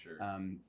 Sure